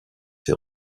ses